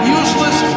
useless